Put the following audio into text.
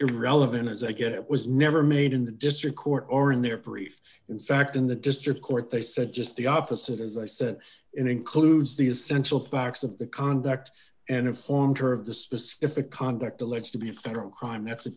irrelevant as again it was never made in the district court or in their brief in fact in the district court they said just the opposite as i said includes the essential facts of the conduct and informed her of the specific conduct alleged to be a federal crime